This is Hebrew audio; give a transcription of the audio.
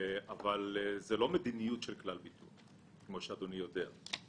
אבל זו לא מדיניות של כלל ביטוח, כמו שאדוני יודע.